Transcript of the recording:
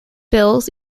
bills